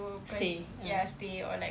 stay ah